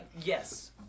Yes